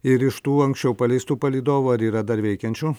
ir iš tų anksčiau paleistų palydovų ar yra dar veikiančių